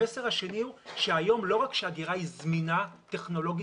המסר השני הוא שהיום לא רק שאגירה היא זמינה טכנולוגית